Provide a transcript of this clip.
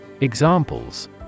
Examples